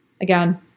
Again